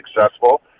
successful